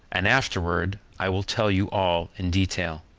and afterward i will tell you all in detail.